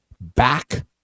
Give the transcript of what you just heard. back